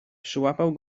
przyłapał